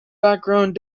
background